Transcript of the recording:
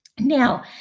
Now